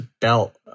belt